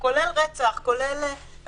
וכל הדברים שמופיעים בחוק העונשין ובחוקים אחרים